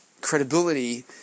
credibility